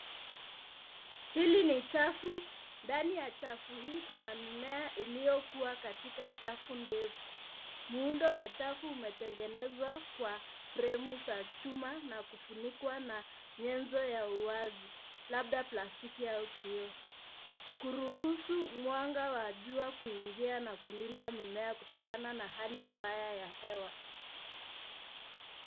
Hili ni chafu. Ndani ya chafu hii kuna mimea iliyokuwa katika safu ndefu. Muundo wa chafu umetengenezwa kwa fremu za chuma na kufunikwa na nyenzo ya uwasi labda plastiki au kioo kuruhusu mwanga wa jua kuingia na kulinda mimea kutokana na hali mbaya ya hewa.